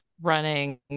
running